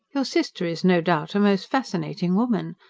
your sister is no doubt a most fascinating woman,